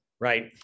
right